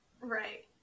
Right